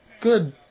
Good